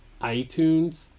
iTunes